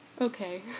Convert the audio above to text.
Okay